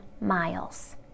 miles